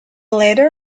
latter